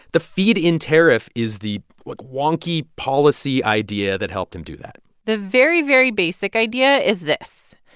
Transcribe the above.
the feed-in tariff is the like wonky policy idea that helped him do that the very, very basic idea is this.